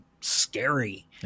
scary